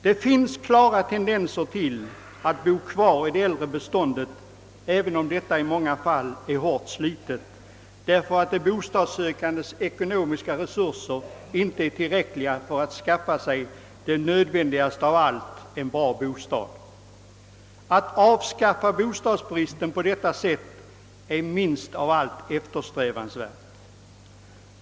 Det finns klara tendenser till att folk vill bo kvar i det äldre bostadsbeståndet även om det i många fall är hårt slitet — därför att de bostadssökandes ekonomiska resurser inte är tillräckliga för att anskaffa det nödvändigaste av allt, en bra bostad. Att avskaffa bostadsbristen på detta sätt är minst av allt eftersträvansvärt.